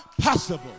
possible